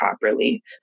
properly